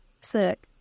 sick